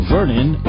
Vernon